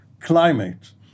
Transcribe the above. Climate